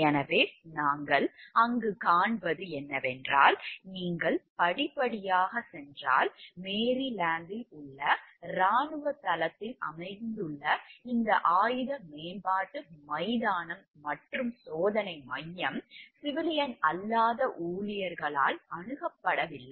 எனவே நாங்கள் அங்கு காண்பது என்னவென்றால் நீங்கள் படிப்படியாகச் சென்றால் மேரிலாந்தில் உள்ள இராணுவத் தளத்தில் அமைந்துள்ள இந்த ஆயுத மேம்பாட்டு மைதானம் மற்றும் சோதனை மையம் சிவிலியன் அல்லாத ஊழியர்களால் அணுகப்படவில்லை